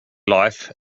life